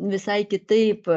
visai kitaip